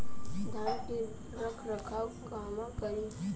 धान के रख रखाव कहवा करी?